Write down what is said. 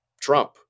Trump